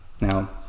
Now